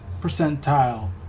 percentile